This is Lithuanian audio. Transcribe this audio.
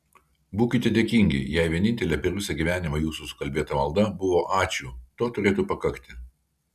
būkite dėkingi jei vienintelė per visą gyvenimą jūsų sukalbėta malda buvo ačiū to turėtų pakakti